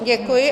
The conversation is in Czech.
Děkuji.